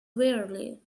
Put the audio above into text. wearily